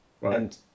Right